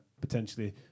potentially